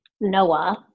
Noah